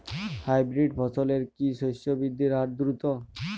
Hybrid ফসলের কি শস্য বৃদ্ধির হার দ্রুত?